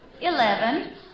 Eleven